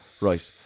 right